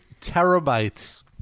terabytes